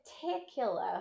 particular